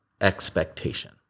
expectation